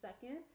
second